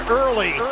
early